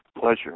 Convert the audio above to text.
pleasure